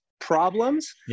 problems